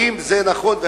האם זה נכון,